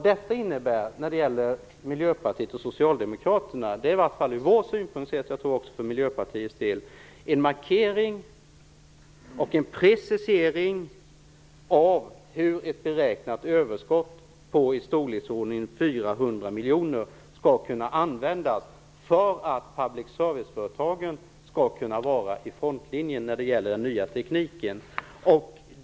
Detta innebär ur vår synpunkt sett - jag tror också att det är så för Miljöpartiets del - en markering och en precisering av hur ett beräknat överskott på i storleksordningen 400 miljoner skall kunna användas för att public service-företagen skall kunna vara i frontlinjen när det gäller den nya tekniken.